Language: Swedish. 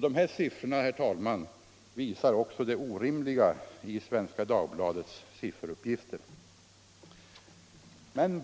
Dessa siffror, herr talman, visar också det orimliga i Svenska Dagbladets uppgifter.